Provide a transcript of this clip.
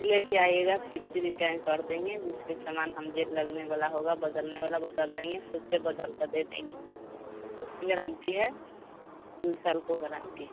लेकर आइएगा फ़िर से रिटन कर देंगे दूसरी सामान हम जे लगने वाला होगा बदलने वाला बदल देंगे उसे बदलकर दे देंगे पूरी गारन्टी है दो साल को गारन्टी है